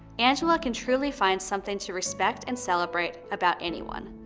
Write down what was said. angela can truly find something to respect and celebrate about anyone.